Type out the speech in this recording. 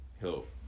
help